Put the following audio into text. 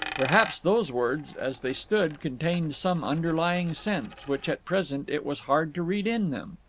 perhaps those words, as they stood, contained some underlying sense, which at present it was hard to read in them.